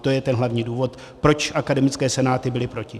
To je hlavní důvod, proč akademické senáty byly proti.